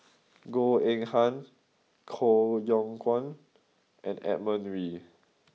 Goh Eng Han Koh Yong Guan and Edmund Wee